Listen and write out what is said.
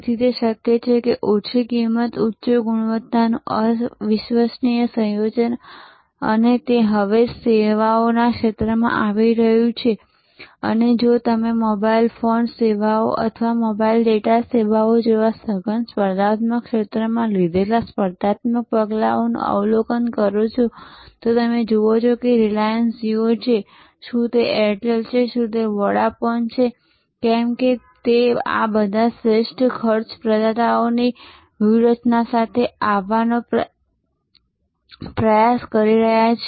તેથી તે શક્ય છે કે ઓછી કિંમત ઉચ્ચ ગુણવત્તાનું અવિશ્વસનીય સંયોજન અને તે હવે સેવાઓના ક્ષેત્રમાં આવી રહ્યું છે અને જો તમે મોબાઇલ ફોન સેવાઓ અથવા મોબાઇલ ડેટા સેવાઓ જેવા સઘન સ્પર્ધાત્મક ક્ષેત્રમાં લીધેલા સ્પર્ધાત્મક પગલાઓનું અવલોકન કરો છો તો તમે જુઓ કે શું તે રિલાયન્સ જિયો છે શું તે એરટેલ છે શું તે વોડાફોન છે કે કેમ તે બધા આ શ્રેષ્ઠ ખર્ચ પ્રદાતાઓની વ્યૂહરચના સાથે આવવાનો પ્રયાસ કરી રહ્યા છે